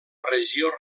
regió